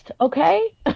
okay